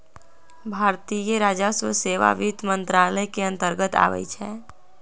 भारतीय राजस्व सेवा वित्त मंत्रालय के अंतर्गत आबइ छै